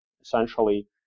essentially